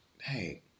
hey